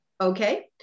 Okay